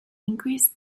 increase